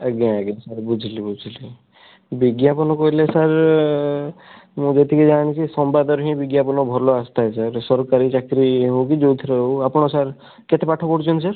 ଆଜ୍ଞା ଆଜ୍ଞା ସାର୍ ବୁଝିଲି ବୁଝିଲି ବିଜ୍ଞାପନ କହିଲେ ସାର୍ ମୁଁ ଯେତିକି ଜାଣିଛି ସମ୍ବାଦରେ ହିଁ ବିଜ୍ଞାପନ ଭଲ ଆସିଥାଏ ସାର୍ ସରକାରୀ ଚାକିରି ହେଉ କି ଯେଉଁଥିରେ ହେଉ ଆପଣ ସାର୍ କେତେ ପାଠ ପଢ଼ିଛନ୍ତି ସାର୍